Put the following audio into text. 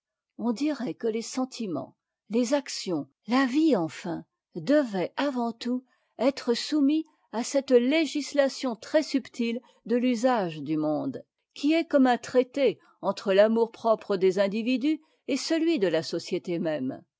on dirait que les sentiments les actions la vie enfin devaient avant tout être soumis à cette législation très subtite de l'usage du monde qui est comme un traité entre l'amourpropre des individus et celui de la société même